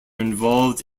involved